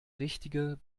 richtige